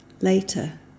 Later